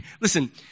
Listen